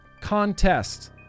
Contest